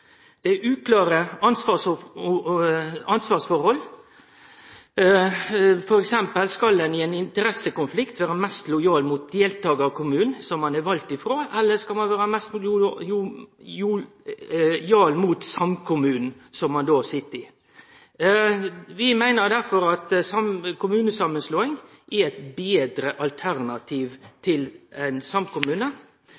ansvarsforhold: Skal ein f.eks. i ein interessekonflikt vere mest lojal mot deltakarkommunen som ein er valt frå, eller skal ein vere lojal mot samkommunen som ein sit i? Vi meiner derfor at kommunesamanslåing er eit betre alternativ